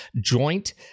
joint